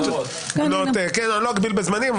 אני לא אגביל בזמנים,